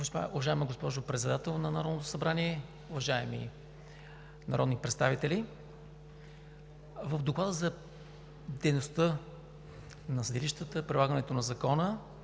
Уважаема госпожо Председател на Народното събрание, уважаеми народни представители! В Доклада за дейността на съдилищата и прилагането на закона